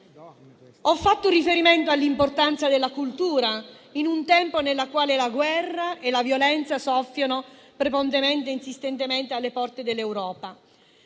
ho fatto riferimento all'importanza della cultura in un tempo nel quale la guerra e la violenza soffiano prepotentemente e insistentemente alle porte dell'Europa.